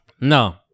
No